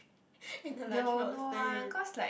in the lunch box then you